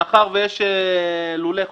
מאחר שיש לולי חופש,